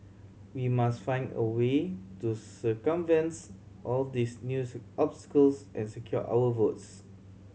we must find a way to circumvents all these news obstacles and secure our votes